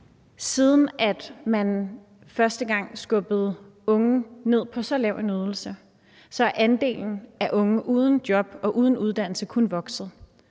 Siden man første gang skubbede unge ned på så lav en ydelse, er andelen af unge uden job og uden uddannelse kun vokset.